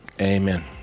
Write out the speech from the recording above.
Amen